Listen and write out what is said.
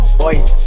boys